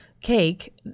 cake